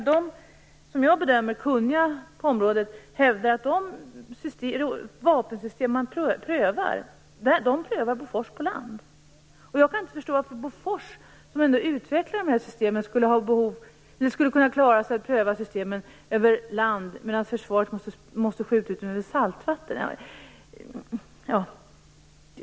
Personer som jag bedömer kunniga på området hävdar att de vapensystem man prövar i området prövas på land av Bofors. Jag kan inte förstå varför Bofors, som utvecklar dessa system, skulle klara att pröva dessa system över land medan försvaret måste skjuta över saltvatten.